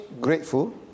grateful